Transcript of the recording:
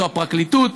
זו הפרקליטות,